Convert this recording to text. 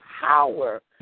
power